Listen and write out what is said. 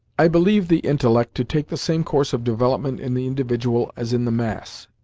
i believe the intellect to take the same course of development in the individual as in the mass,